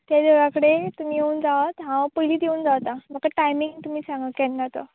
ते देवळा कडेन तुमी येवन रावात हांव पयलींच येवन रावता बट टायमींग तुमी सांगात केन्ना तो